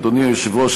אדוני היושב-ראש,